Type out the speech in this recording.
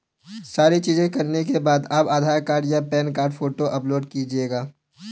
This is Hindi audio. सारी चीजें करने के बाद आप आधार कार्ड या पैन कार्ड फोटो अपलोड कीजिएगा